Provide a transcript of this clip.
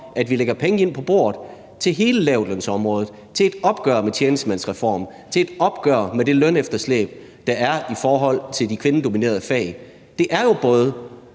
at vi lægger pengene ind på bordet til hele lavtlønsområdet til et opgør med tjenestemandsreformen, til et opgør med det lønefterslæb, der er i forhold til de kvindedominerede fag. Det er jo både